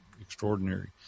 extraordinary